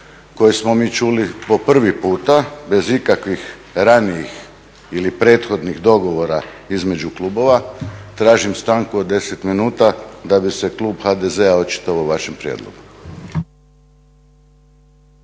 koji smo mi čuli po prvi puta bez ikakvih ranijih ili prethodnih dogovora između klubova, tražim stanku od 10 minuta da bi se klub HDZ-a očitovao o vašem prijedlogu.